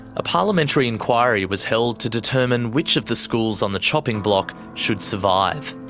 a parliamentary inquiry was held to determine which of the schools on the chopping block should survive.